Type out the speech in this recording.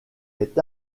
est